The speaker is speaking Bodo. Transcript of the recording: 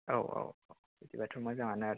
औ औ बिदिबाथ' मोजांआनो आरो